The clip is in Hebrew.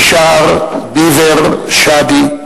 מישר ביבר שאדי,